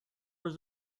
was